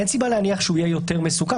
אין סיבה להניח שהוא יהיה יותר מסוכן.